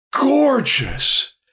gorgeous